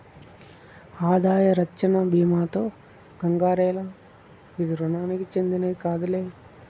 ఆదాయ రచ్చన బీమాతో కంగారేల, ఇది రుణానికి చెందినది కాదులే